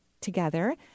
together